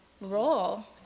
role